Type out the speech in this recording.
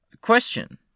question